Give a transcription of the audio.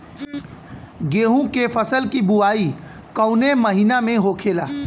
गेहूँ के फसल की बुवाई कौन हैं महीना में होखेला?